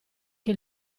che